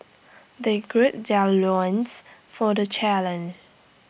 they gird their loins for the challenge